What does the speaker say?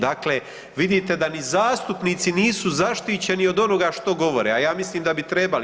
Dakle, vidite da ni zastupnici nisu zaštićeni od onoga što govore, a ja mislim da bi trebali.